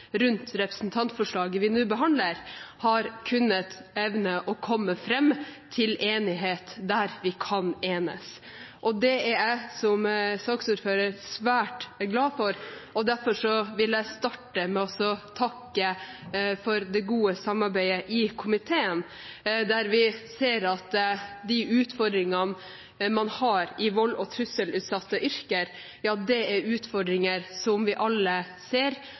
rundt representantforslaget vi nå behandler, har kunnet evne å komme fram til enighet der hvor vi kan enes. Det er jeg, som saksordfører, svært glad for, og derfor vil jeg starte med å takke for det gode samarbeidet i komiteen, hvor vi ser at de utfordringene man har i volds- og trusselutsatte yrker, er utfordringer som vi alle ser,